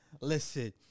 Listen